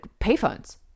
payphones